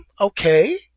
okay